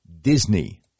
Disney